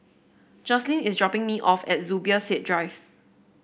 Joslyn is dropping me off at Zubir Said Drive